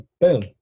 boom